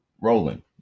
rolling